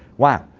wow.